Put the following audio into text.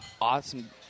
awesome